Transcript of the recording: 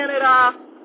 Canada